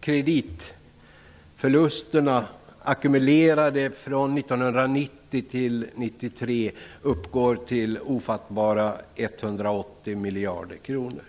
kreditförlusterna ackumulerade från 1990 till 1993 uppgår till den ofattbara summan av 180 miljarder kronor.